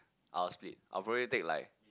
I'll split I'll probably take like